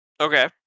okay